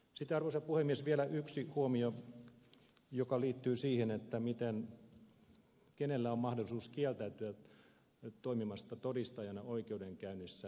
sitten arvoisa puhemies vielä yksi huomio joka liittyy siihen kenellä on mahdollisuus kieltäytyä toimimasta todistajana oikeudenkäynnissä